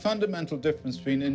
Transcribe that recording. fundamental difference between